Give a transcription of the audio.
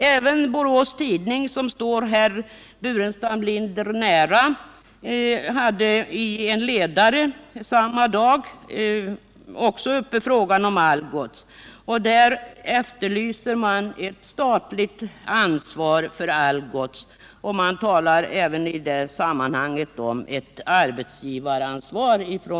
Även Borås Tidning, som står herr Burenstam Linder nära, hade i en ledare samma dag uppe frågan om Algots. Där efterlystes ett statligt ansvar för Algots, och man talade om statens arbetsgivaransvar.